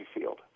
field